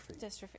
Dystrophy